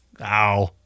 Ow